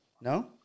No